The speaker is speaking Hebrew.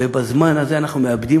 ובזמן הזה אנחנו מאבדים